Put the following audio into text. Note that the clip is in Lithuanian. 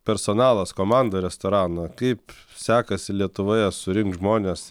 personalas komanda restorano kaip sekasi lietuvoje surinkt žmones